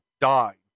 died